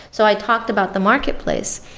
so i talked about the marketplace,